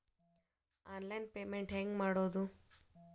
Online payment ಹೆಂಗ್ ಮಾಡೋದು?